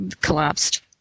collapsed